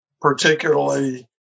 particularly